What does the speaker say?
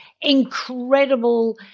incredible